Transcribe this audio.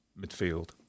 midfield